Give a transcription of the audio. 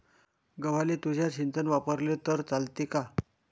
गव्हाले तुषार सिंचन वापरले तर चालते का?